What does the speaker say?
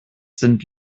sind